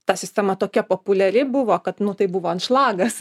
ta sistema tokia populiari buvo kad nu tai buvo anšlagas